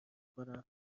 کنم